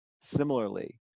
similarly